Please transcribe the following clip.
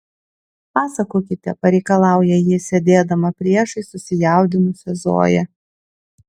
pasakokite pareikalauja ji sėdėdama priešais susijaudinusią zoją